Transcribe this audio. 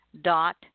dot